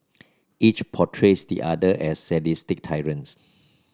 each portrays the other as sadistic tyrants